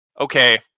okay